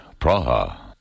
Praha